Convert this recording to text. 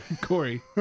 Corey